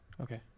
okay